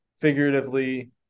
figuratively